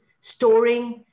storing